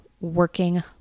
working